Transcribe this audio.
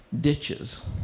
ditches